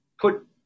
put